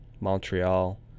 Montreal